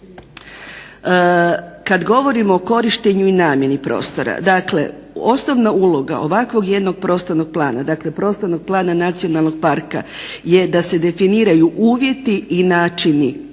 Kada govorimo o korištenju i namjeni prostora dakle osnovna uloga ovakvog jednog prostornog plana, dakle Prostornog plana nacionalnog parka je da se definiraju uvjeti i načini